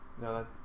No